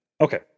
Okay